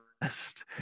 rest